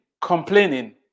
complaining